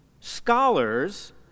scholars